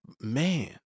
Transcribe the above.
man